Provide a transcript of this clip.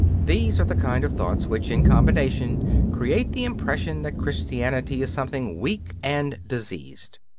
these are the kind of thoughts which in combination create the impression that christianity is something weak and diseased.